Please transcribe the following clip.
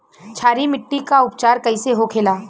क्षारीय मिट्टी का उपचार कैसे होखे ला?